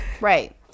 right